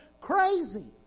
crazy